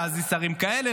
להזיז שרים כאלה,